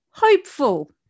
hopeful